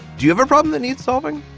do you have a problem that needs solving?